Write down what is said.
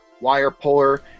wire-puller